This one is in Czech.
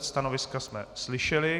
Stanoviska jsme slyšeli.